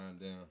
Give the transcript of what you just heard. down